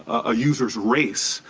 a user's race